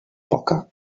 poca